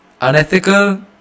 unethical